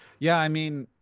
yeah, i mean,